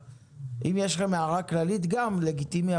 אם יש לכם הערה כללית גם לגיטימי,